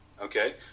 okay